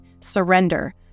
surrender